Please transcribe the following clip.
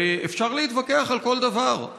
אפשר להתווכח על כל דבר,